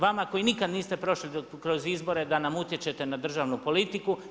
Vama koji nikad niste prošli kroz izbore da nam utječete na državnu politiku.